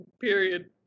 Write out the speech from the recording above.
Period